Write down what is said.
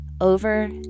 over